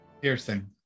Piercing